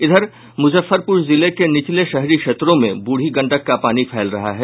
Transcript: इधर मुजफ्फरपुर जिले के निचले शहरी क्षेत्रों में बूढ़ी गंडक का पानी फैल रहा है